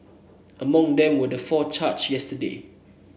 among them were the four charged yesterday